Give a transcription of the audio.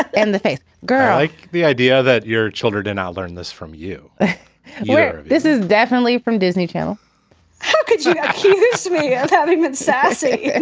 and the faith girl like the idea that your children do not learn this from you where? this is definitely from disney channel could you this me having that sassy and